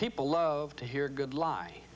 people love to hear good lie